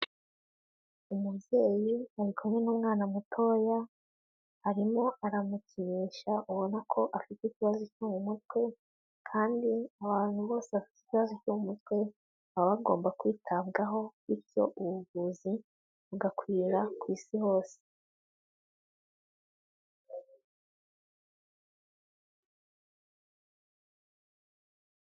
Umubyeyi ari kumwe n'umwana mutoya, arimo aramukinisha, ubona ko afite ikibazo cyo mu mutwe, kandi abantu bose bafite ikibazo cyo mu mutwe baba bagomba kwitabwaho, bityo ubuvuzi bugakwira ku Isi hose.